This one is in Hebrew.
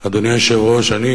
אדוני היושב-ראש, אני